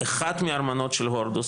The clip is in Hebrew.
אחד מהארמונות של הורדוס,